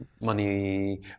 money